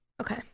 Okay